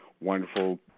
wonderful